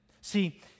See